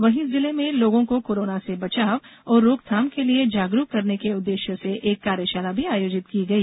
वहीं जिले में लोगों को कोरोना से बचाव और रोकथाम के लिए जागरूक करने के उद्वेश्य से एक कार्यशाला भी आयोजित की गई